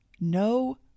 no